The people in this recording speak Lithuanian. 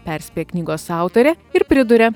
perspėja knygos autorė ir priduria